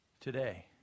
today